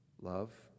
love